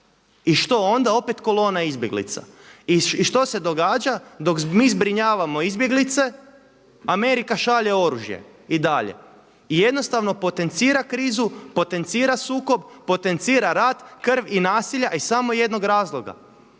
I što onda opet kolona izbjeglica? I što se događa? I dok mi zbrinjavamo izbjeglice Amerika šalje oružje i dalje. I jednostavno potencira krizu, potencira sukob, potencira rat, krv i nasilje a iz samo jednog razloga